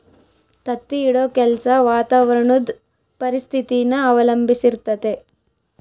ತತ್ತಿ ಇಡೋ ಕೆಲ್ಸ ವಾತಾವರಣುದ್ ಪರಿಸ್ಥಿತಿನ ಅವಲಂಬಿಸಿರ್ತತೆ